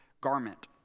garment